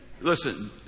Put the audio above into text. Listen